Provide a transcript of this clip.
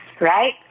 right